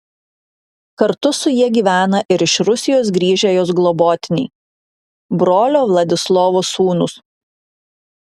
kartu su ja gyvena ir iš rusijos grįžę jos globotiniai brolio vladislovo sūnūs